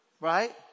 Right